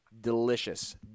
delicious